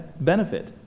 benefit